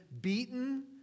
beaten